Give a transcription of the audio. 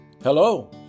Hello